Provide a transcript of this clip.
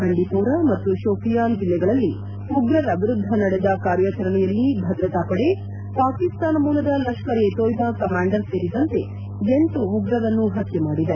ಬಂಡಿಪೋರಾ ಮತ್ತು ಶೋಪಿಯಾನ್ ಜಿಲ್ಲೆಗಳಲ್ಲಿ ಉಗ್ರರ ವಿರುದ್ದ ನಡೆದ ಕಾರ್ಯಚರಣೆಯಲ್ಲಿ ಭದ್ರತಾ ಪಡೆ ಪಾಕಿಸ್ತಾನ ಮೂಲದ ಲಷ್ಕರ್ ಎ ತೊಯ್ದಾ ಕಮಾಂಡರ್ ಸೇರಿದಂತೆ ಎಂಟು ಉಗ್ರರನ್ನು ಹತ್ತೆ ಮಾಡಿದೆ